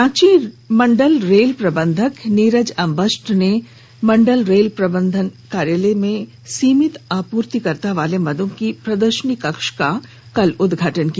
रांची मंडल रेल प्रबंधक नीरज अम्बष्ठ ने मंडल रेल प्रबंधक कार्यालय में सीमित आपूर्तिकर्ता वाले मदों की प्रदर्शनी कक्ष का कल उद्घाटन किया